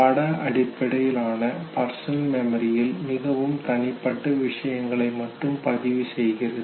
பட அடிப்படையிலான பர்சனல் மெமரியில் மிகவும் தனிப்பட்ட விஷயங்களை மட்டும் பதிவு செய்கிறது